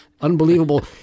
unbelievable